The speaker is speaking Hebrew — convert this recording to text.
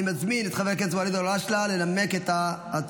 אני מזמין את חבר הכנסת ואליד אלהואשלה לנמק את הצעתו.